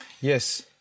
yes